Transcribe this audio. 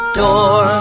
door